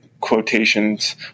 quotations